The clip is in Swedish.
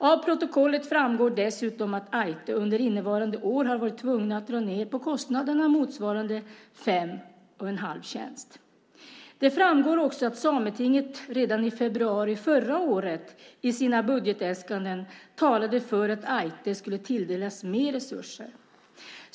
Av protokollet framgår dessutom att Ájtte under innevarande år har varit tvunget att dra ned på kostnaderna motsvarande fem och en halv tjänst. Det framgår också att Sametinget redan i februari förra året i sina budgetäskanden talade för att Ájtte skulle tilldelas mer resurser.